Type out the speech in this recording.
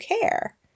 care